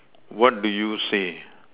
what do you say